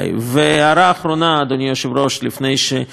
הערה אחרונה, אדוני היושב-ראש, לפני שאסיים: